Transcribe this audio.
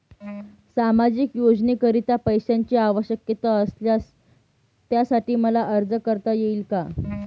सामाजिक योजनेकरीता पैशांची आवश्यकता असल्यास त्यासाठी मला अर्ज करता येईल का?